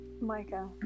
Micah